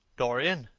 dorian!